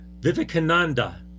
Vivekananda